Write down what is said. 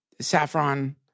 saffron